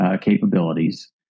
capabilities